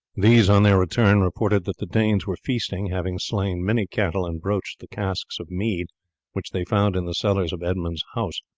these on their return reported that the danes were feasting, having slain many cattle and broached the casks of mead which they found in the cellars of edmund's house.